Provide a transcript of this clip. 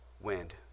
wind